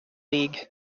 league